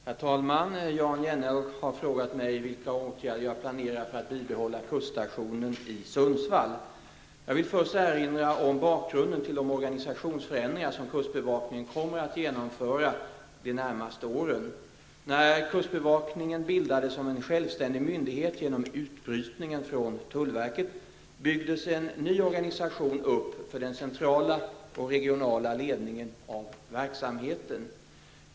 Herr talman! Jan Jennehag har frågat mig vilka åtgärder jag planerar för att bibehålla kuststationen i Sundsvall. Jag vill först erinra om bakgrunden till de organisationsförändringar som kustbevakningen kommer att genomföra de närmaste åren. När kustbevakningen bildades som självständig myndighet genom utbrytningen från tullverket byggdes en ny organisation upp för den centrala och regionala ledningen av verksamheten.